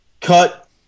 cut